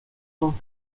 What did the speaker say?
son